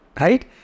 right